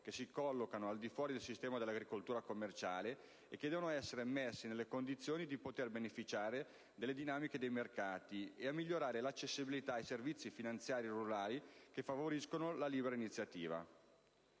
che si collocano al di fuori del sistema dell'agricoltura commerciale e che devono essere messi nelle condizioni di poter beneficiare delle dinamiche dei mercati e di migliorare l'accessibilità ai servizi finanziari rurali che favoriscano la libera iniziativa.